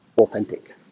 authentic